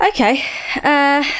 Okay